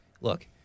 look